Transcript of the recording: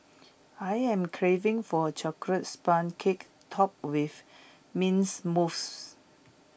I am craving for A Chocolate Sponge Cake Topped with mints mousse